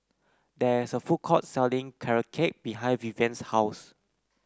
there is a food court selling Carrot Cake behind Vivian's house